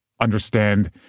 understand